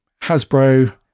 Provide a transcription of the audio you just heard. Hasbro